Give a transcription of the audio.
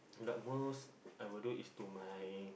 but most I will do is to my